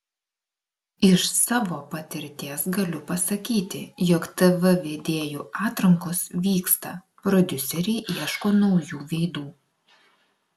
iš savo patirties galiu pasakyti jog tv vedėjų atrankos vyksta prodiuseriai ieško naujų veidų